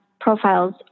profiles